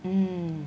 mm